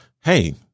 Hey